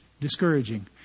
discouraging